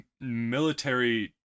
military